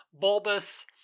bulbous